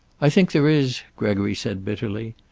i think there is, gregory said bitterly.